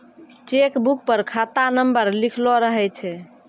cheque book पर खाता number लिखलो रहै छै